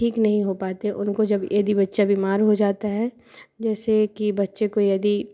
ठीक नहीं हो पाते उनको जब यदि बच्चा बीमार हो जाता है जैसे कि बच्चे को यदि